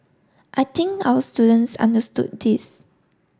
I think our students understood this